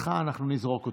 מסכה, אנחנו נזרוק אותה.